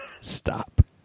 Stop